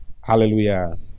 Hallelujah